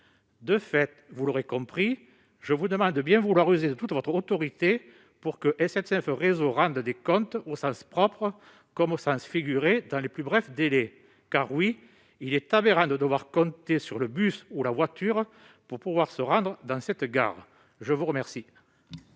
comme vous l'aurez compris, je vous demande de bien vouloir user de toute votre autorité pour que SNCF Réseau rende des comptes, au sens propre comme au sens figuré, dans les plus brefs délais ! Oui, cela s'impose, car il est aberrant de devoir compter sur le bus ou la voiture pour se rendre à cette gare. La parole